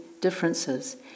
differences